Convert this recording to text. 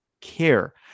care